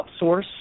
outsource